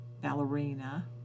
ballerina